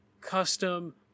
custom